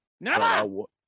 No